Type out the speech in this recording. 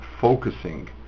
focusing